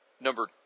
number